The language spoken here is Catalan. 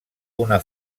una